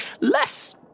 less